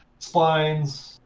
splines,